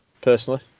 Personally